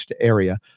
area